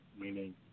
meaning